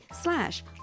slash